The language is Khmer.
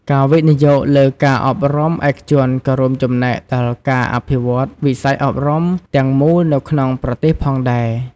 ការវិនិយោគលើការអប់រំឯកជនក៏រួមចំណែកដល់ការអភិវឌ្ឍវិស័យអប់រំទាំងមូលនៅក្នុងប្រទេសផងដែរ។